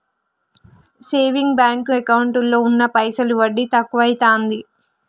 saving bank ఎకౌంటులో ఉన్న పైసలు వడ్డి తక్కువైతాంది